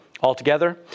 Altogether